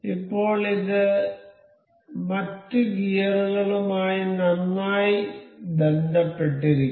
ഇപ്പോൾ ഇത് മറ്റ് ഗിയറുകളുമായി നന്നായി ബന്ധപ്പെട്ടിരിക്കുന്നു